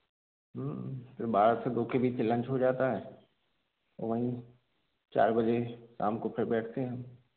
फ़िर बारह से दो के बीच लंच हो जाता है तो वहीं चार बजे शाम को फिर बैठते हैं